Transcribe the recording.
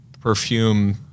perfume